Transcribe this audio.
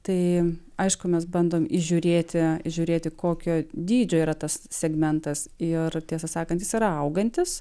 tai aišku mes bandom įžiūrėti žiūrėti kokio dydžio yra tas segmentas ir tiesą sakant jis yra augantis